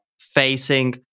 facing